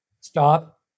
Stop